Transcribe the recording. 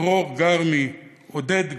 דרור גרמי, עודד גרנות,